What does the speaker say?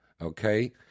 Okay